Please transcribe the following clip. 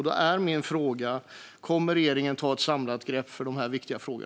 Då är min fråga: Kommer regeringen att ta ett samlat grepp om dessa viktiga frågor?